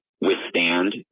withstand